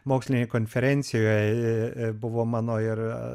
mokslinėj konferencijoj buvo mano ir